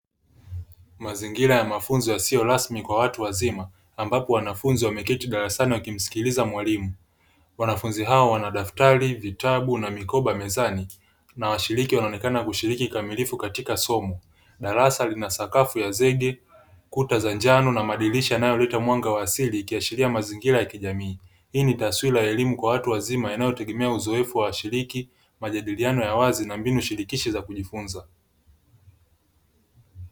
Mazingira ya mafunzo yasiyo rasmi kwa watu wazima, ambapo wanafunzi wameketi darasani wakimsikiliza mwalimu. Wanafunzi hao wana daftari, vitabu na mikoba mezani, na washiriki wanaonekana kushiriki kamilifu katika somo. Darasa lina sakafu ya zege, kuta za njano, na madirisha yanayoleta mwanga wa asili ikiashiria mazingira ya kijamii. Hii ni taswira ya elimu kwa watu wazima inayotegemea uzoefu wa washiriki, majadiliano ya wazi, na mbinu shirikishi za kujifunza.